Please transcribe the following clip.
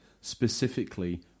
Specifically